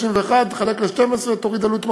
231,000 תחלק ל-12, תוריד עלות מעביד,